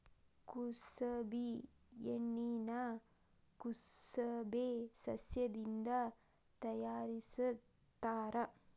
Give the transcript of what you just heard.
ಕುಸಬಿ ಎಣ್ಣಿನಾ ಕುಸಬೆ ಸಸ್ಯದಿಂದ ತಯಾರಿಸತ್ತಾರ